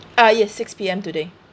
ah yes six P_M today